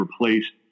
replaced